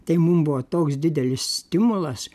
tai mum buvo toks didelis stimulas